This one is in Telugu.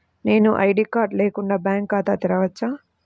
నేను ఐ.డీ కార్డు లేకుండా బ్యాంక్ ఖాతా తెరవచ్చా?